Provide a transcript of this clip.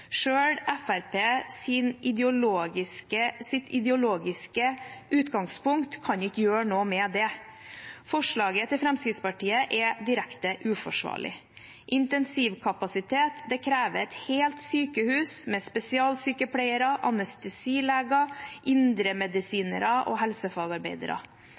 ideologiske utgangspunkt kan ikke gjøre noe med det. Forslaget til Fremskrittspartiet er direkte uforsvarlig. Intensivkapasitet krever et helt sykehus med spesialsykepleiere, anestesileger, indremedisinere og helsefagarbeidere.